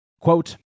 Quote